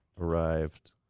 arrived